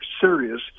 serious